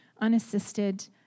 unassisted